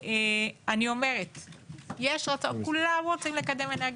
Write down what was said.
יש רצון, כולם רוצים לקדם אנרגיה מתחדשת.